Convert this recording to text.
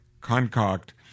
concoct